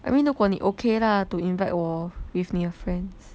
I mean 如果你 okay lah to invite 我 with 你的 friends